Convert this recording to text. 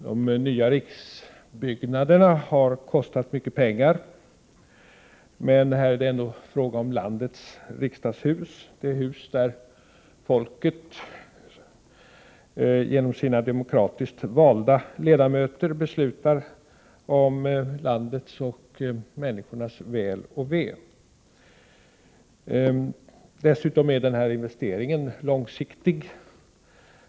De nya riksbyggnaderna har kostat mycket pengar, men det är ändå fråga om landets riksdagshus, det hus där folket genom sina demokratiskt valda ledamöter beslutar om landets och människornas väl och ve. Dessutom är investeringen långsiktig.